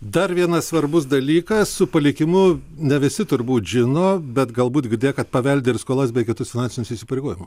dar vienas svarbus dalykas su palikimu ne visi turbūt žino bet galbūt girdėję kad paveldi ir skolas bei kitus finansinius įsipareigojimu